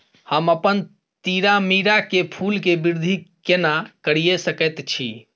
हम अपन तीरामीरा के फूल के वृद्धि केना करिये सकेत छी?